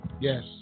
Yes